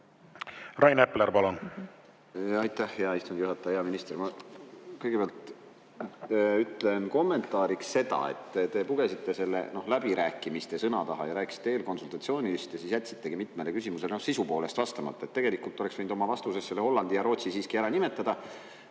Rain Epler, palun!